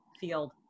field